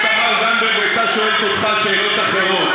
אתה מחבל, אתה עבריין פוליגמיה.